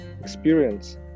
experience